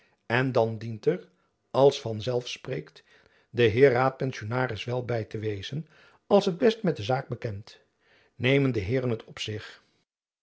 musch dan dient er als van zelf spreekt de heer raadpensionaris wel by te wezen als t best met de zaak bekend nemen de heeren het